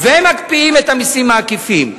ומקפיאים את המסים העקיפים?